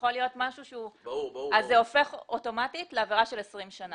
זה הופך אוטומטית לעבירה של 20 שנים.